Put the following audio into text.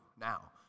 now